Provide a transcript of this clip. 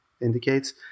indicates